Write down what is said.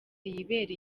yibera